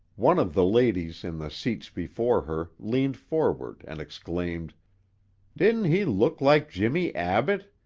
one of the ladies in the seats before her leaned forward and exclaimed didn't he look like jimmie abbott?